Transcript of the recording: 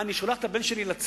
מה, אני שולח את הבן שלי לצבא,